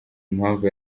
impamvu